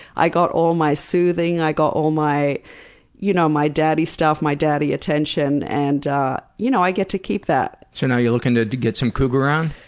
i got all my soothing, i got all my you know my daddy stuff, my daddy attention. and you know i i get to keep that. so now you're looking to to get some cougar on?